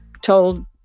told